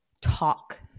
talk